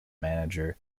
manager